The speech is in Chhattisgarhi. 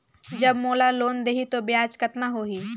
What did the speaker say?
जब मोला लोन देही तो ब्याज कतना लेही?